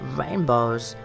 rainbows